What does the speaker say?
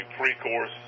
pre-course